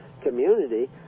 community